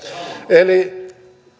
eli